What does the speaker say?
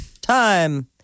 time